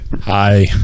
hi